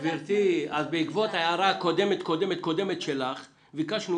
בעקבות ההערה הקודמת קודמת שלך ביקשנו